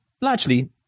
largely